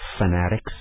fanatics